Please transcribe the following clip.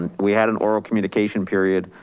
and we had an oral communication period.